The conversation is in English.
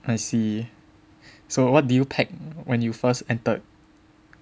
I see so what do you pack when you first entered